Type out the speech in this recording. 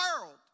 world